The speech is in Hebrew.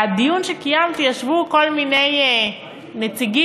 בדיון שקיימתי ישבו כל מיני נציגים,